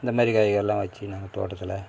இந்த மாதிரி காய்கறியெல்லாம் வச்சு நாங்கள் தோட்டத்தில்